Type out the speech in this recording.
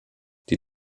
die